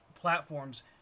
platforms